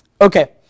Okay